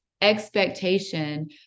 expectation